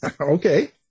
okay